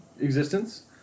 existence